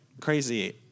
crazy